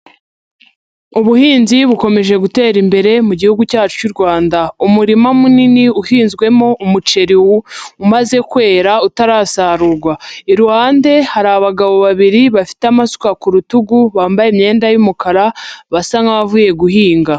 Ubuhinzi bukomeje gutera imbere mu gihugu cyacu cy'u Rwanda. Umurima munini uhinzwemo umuceri umaze kwera, utarasarurwa. Iruhande hari abagabo babiri, bafite amasuka ku rutugu, bambaye imyenda y'umukara, basa nk'abavuye guhinga.